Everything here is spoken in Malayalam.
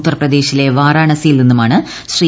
ഉത്തർപ്രദേശിലെ വാരാണസിയിൽനിന്നുമാണ് ശ്രീ